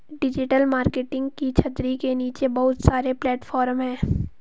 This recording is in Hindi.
डिजिटल मार्केटिंग की छतरी के नीचे बहुत सारे प्लेटफॉर्म हैं